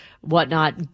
whatnot